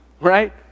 right